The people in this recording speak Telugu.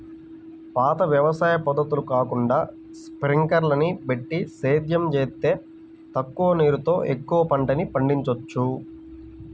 పాత వ్యవసాయ పద్ధతులు కాకుండా స్పింకర్లని బెట్టి సేద్యం జేత్తే తక్కువ నీరుతో ఎక్కువ పంటని పండిచ్చొచ్చు